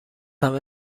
همه